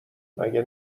مگه